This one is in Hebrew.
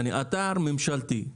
כלומר אתר ממשלתי,